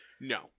No